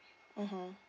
mmhmm